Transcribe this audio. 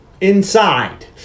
Inside